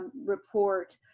report.